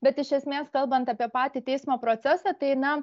bet iš esmės kalbant apie patį teismo procesą tai na